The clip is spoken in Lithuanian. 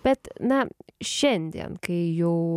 bet na šiandien kai jau